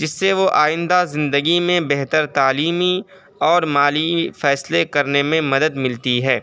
جس سے وہ آئندہ زندگی میں بہتر تعلیمی اور مالی فیصلے کرنے میں مدد ملتی ہے